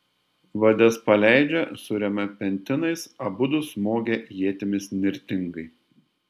vades paleidžia suremia pentinais abudu smogia ietimis nirtingai